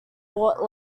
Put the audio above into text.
bought